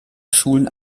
schulen